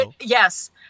yes